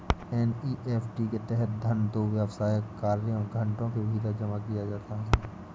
NEFT के तहत धन दो व्यावसायिक कार्य घंटों के भीतर जमा किया जाता है